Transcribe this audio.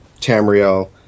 Tamriel